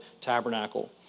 tabernacle